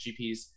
GPs